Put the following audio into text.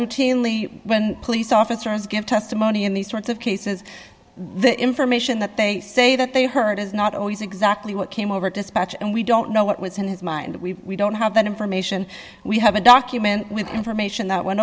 routinely when police officers give testimony in these sorts of cases the information that they say that they heard is not always exactly what came over dispatch and we don't know what was in his mind we don't have that information we have a document with information that went